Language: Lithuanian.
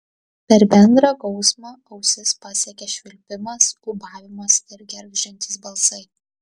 per bendrą gausmą ausis pasiekė švilpimas ūbavimas ir gergždžiantys balsai